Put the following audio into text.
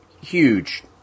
huge